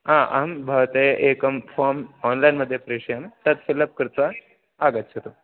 आम् अहं भवते एकं फ़ाम् आन्लैन् मध्ये प्रेषयामि तत् फ़िल् अप् कृत्वा आगच्छतु